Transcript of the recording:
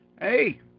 hey